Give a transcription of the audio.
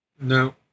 No